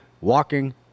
walking